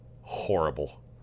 horrible